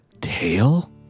tail